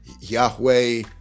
Yahweh